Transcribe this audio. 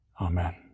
Amen